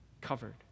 covered